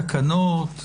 תקנות.